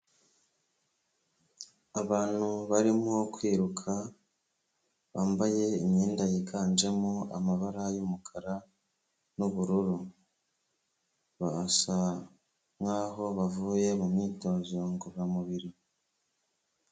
Abantu barimo kwiruka bambaye imyenda yiganjemo amabara y'umukara n'ubururu, basa nk'aho aho bavuye mu myitozo ngororamubiri.